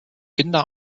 kinder